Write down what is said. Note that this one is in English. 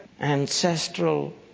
ancestral